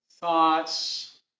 thoughts